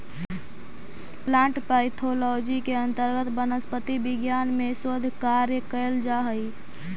plant pathology के अंतर्गत वनस्पति विज्ञान में शोध कार्य कैल जा हइ